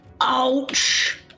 Ouch